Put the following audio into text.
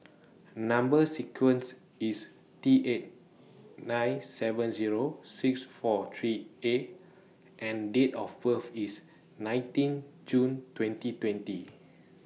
Number sequence IS T eight nine seven Zero six four three A and Date of birth IS nineteen June twenty twenty